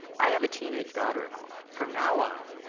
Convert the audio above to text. i have a teenage daughter at home. from now on,